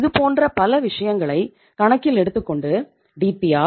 இதுபோன்ற பல விஷயங்களை கணக்கில் எடுத்துக்கொண்டு டிபிஆர்